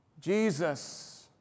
Jesus